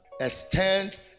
extend